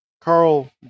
Carl